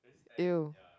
!eww!